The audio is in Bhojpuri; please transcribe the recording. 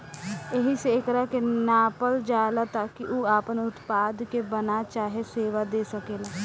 एहिसे एकरा के नापल जाला ताकि उ आपना उत्पाद के बना चाहे सेवा दे सकेला